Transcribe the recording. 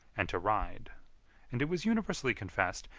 and to ride and it was universally confessed,